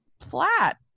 flat